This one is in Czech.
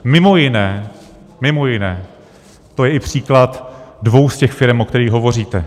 Mimo jiné, mimo jiné to je i příklad dvou z těch firem, o kterých hovoříte.